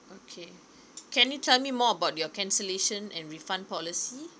okay can you tell me more about your cancellation and refund policy